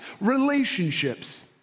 relationships